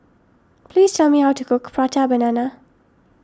please tell me how to cook Prata Banana